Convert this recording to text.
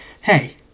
hey